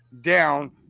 down